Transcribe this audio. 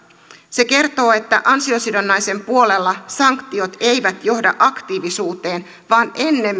se kertoo että ansiosidonnaisen puolella sanktiot eivät johda aktiivisuuteen vaan ennemminkin